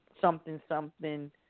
something-something